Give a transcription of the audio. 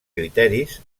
criteris